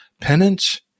penance